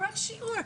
מערך שיעור.